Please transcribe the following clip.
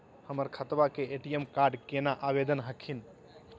हमर खतवा के ए.टी.एम कार्ड केना आवेदन हखिन?